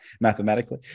mathematically